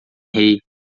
rei